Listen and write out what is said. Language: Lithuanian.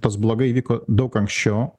tas blogai įvyko daug anksčiau